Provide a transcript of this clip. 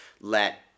let